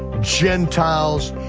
gentiles,